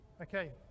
Okay